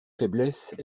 faiblesses